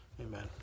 Amen